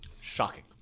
Shocking